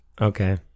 Okay